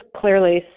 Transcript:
clearly